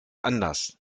anders